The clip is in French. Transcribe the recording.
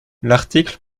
l’article